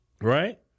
right